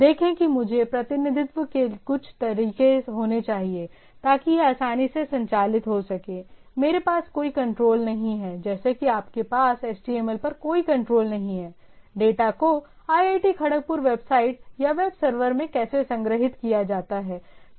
देखें कि मुझे प्रतिनिधित्व के कुछ सामान्य तरीके होने चाहिए ताकि यह आसानी से संचालित हो सके मेरे पास कोई कंट्रोल नहीं है जैसे कि आपके पास HTML पर कोई कंट्रोल नहीं है डेटा को IIT खड़गपुर वेबसाइट या वेब सर्वर में कैसे संग्रहीत किया जाता है ठीक है